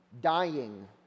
dying